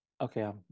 Okay